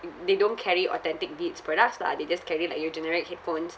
mm they don't carry authentic Beats products lah they just carry like you know generic headphones